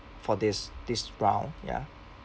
for this this round ya